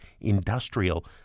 industrial